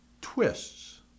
twists